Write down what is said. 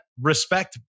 respect